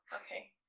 Okay